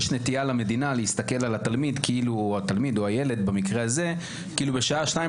יש נטייה למדינה להסתכל על התלמיד כאילו בשעה 14:00